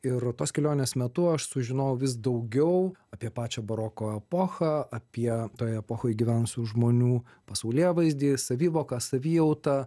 ir tos kelionės metu aš sužinojau vis daugiau apie pačią baroko epochą apie toj epochoj gyvenusių žmonių pasaulėvaizdį savivoką savijautą